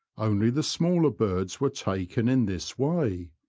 only the smaller birds were taken in this way.